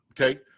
Okay